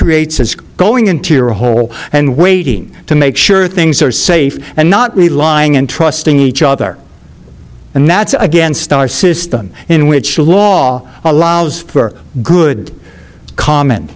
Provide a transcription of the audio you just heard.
creates is going into your hole and waiting to make sure things are safe and not relying and trusting each other and that's against our system in which the law allows for good comment